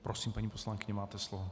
Prosím, paní poslankyně, máte slovo.